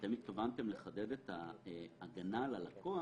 אתם התכוונתם לחדד את ההגנה על הלקוח